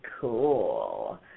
Cool